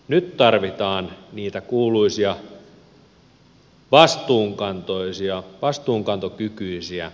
nyt tarvitaan niitä kuuluisia vastuunkantokykyisiä kansanedustajia